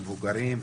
מבוגרים,